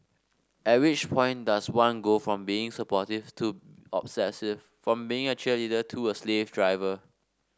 at which point does one go from being supportive to obsessive from being a cheerleader to a slave driver